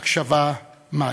הקשבה מהי.